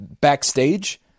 backstage